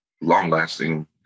long-lasting